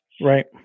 Right